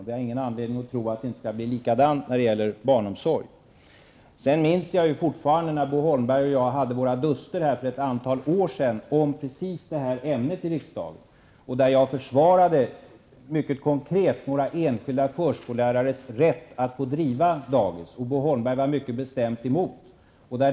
Vi har ingen anledning att tro att det inte skall bli likadant när det gäller barnomsorg. Jag minns fortfarande när Bo Holmberg och jag hade våra duster här i riksdagen för ett antal år sedan om precis detta ämne. Då försvarade jag mycket konkret några enskilda förskollärares rätt att få driva dagis. Bo Holmberg var mycket bestämt emot.